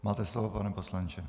Máte slovo, pane poslanče.